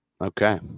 Okay